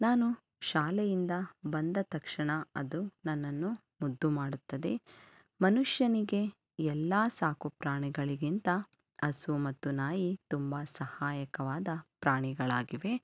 ನಾನು ಶಾಲೆಯಿಂದ ಬಂದ ತಕ್ಷಣ ಅದು ನನ್ನನ್ನು ಮುದ್ದು ಮಾಡುತ್ತದೆ ಮನುಷ್ಯನಿಗೆ ಎಲ್ಲ ಸಾಕು ಪ್ರಾಣಿಗಳಿಗಿಂತ ಹಸು ಮತ್ತು ನಾಯಿ ತುಂಬ ಸಹಾಯಕವಾದ ಪ್ರಾಣಿಗಳಾಗಿವೆ